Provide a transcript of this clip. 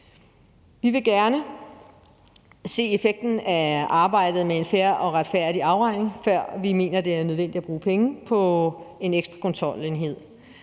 Vi vil gerne se effekten af arbejdet med en fair og retfærdig afregning, før vi mener, det er nødvendigt at bruge penge på en ekstra kontrolenhed.